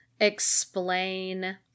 explain